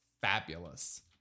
fabulous